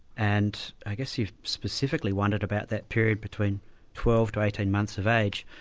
and i guess you've specifically wondered about that period between twelve to eighteen months of age.